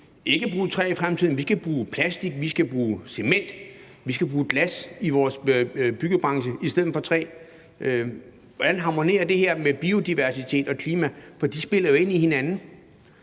skal bruge træ i fremtiden, men at vi skal bruge plastik, cement og glas i vores byggebranche i stedet for træ? Hvordan harmonerer det her med biodiversitet og klima? For de spiller jo ind i hinanden.